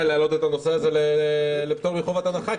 להעלות את הנושא הזה לפטור מחובת הנחה,